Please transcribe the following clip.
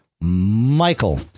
Michael